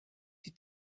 die